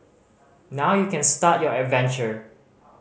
now you can start your adventure